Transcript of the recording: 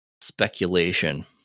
speculation